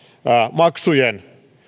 maksujen